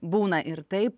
būna ir taip